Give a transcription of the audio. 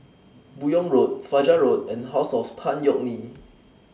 Buyong Road Fajar Road and House of Tan Yeok Nee